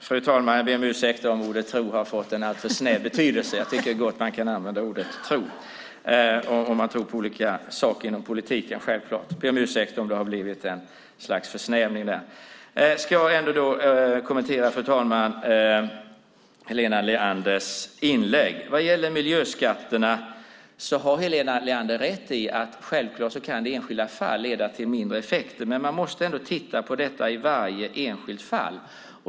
Fru talman! Jag ber om ursäkt om ordet "tro" har fått en alltför snäv betydelse. Jag tycker gott att man kan använda ordet "tro" om man tror på olika saker inom politiken. Det är självklart. Jag ber om ursäkt om det har blivit ett slags försnävning där. Jag ska kommentera, fru talman, Helena Leanders inlägg. Vad gäller miljöskatterna har Helena Leander rätt i att det självklart i enskilda fall kan leda till mindre effekt, men man måste ändå titta på detta i varje enskilt fall.